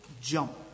jump